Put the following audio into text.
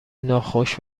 ناخوش